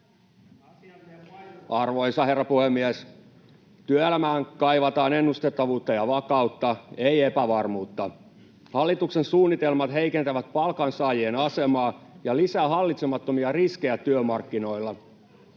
Arvoisa herra puhemies! Työelämään kaivataan ennustettavuutta ja vakautta, ei epävarmuutta. Hallituksen suunnitelmat heikentävät palkansaajien asemaa ja lisäävät hallitsemattomia riskejä työmarkkinoilla.